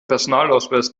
personalausweis